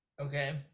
Okay